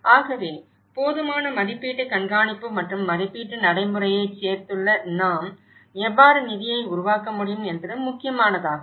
ஆகவே போதுமான மதிப்பீட்டு கண்காணிப்பு மற்றும் மதிப்பீட்டு நடைமுறையைச் சேர்த்துள்ள நாம் எவ்வாறு நிதியை உருவாக்க முடியும் என்பதும் முக்கியமானதாகும்